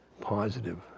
positive